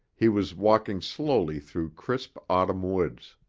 he was walking slowly through crisp autumn woods.